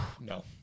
No